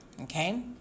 Okay